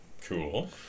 Cool